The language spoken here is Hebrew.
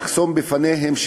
המחסום בפניהם,